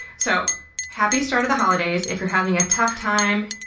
so happy start of the holidays. if you're having a tough time,